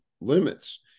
limits